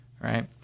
right